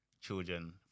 children